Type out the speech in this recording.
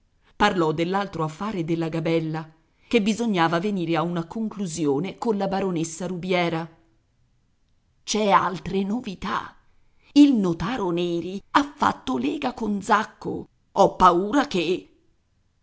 parlò dell'altro affare della gabella che bisognava venire a una conclusione colla baronessa rubiera c'è altre novità il notaro neri ha fatto lega con zacco ho paura che